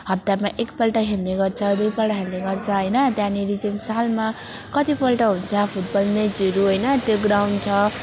हप्तामा एकपल्ट खेल्ने गर्छ दुईपल्ट खेल्ने गर्छ होइन त्यहाँनिर चाहिँ सालमा कतिपल्ट हुन्छ फुटबल म्याचहरू होइन त्यो ग्राउन्ड छ